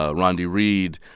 ah rondi reed,